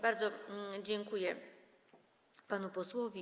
Bardzo dziękuję panu posłowi.